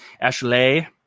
Ashley